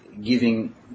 giving